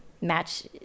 match